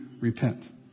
repent